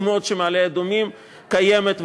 טוב מאוד שמעלה-אדומים קיימת,